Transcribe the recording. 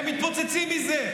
הם מתפוצצים מזה.